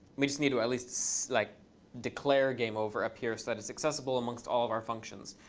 we just need to at least like declare a game over appears that is accessible amongst all of our functions.